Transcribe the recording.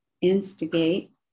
instigate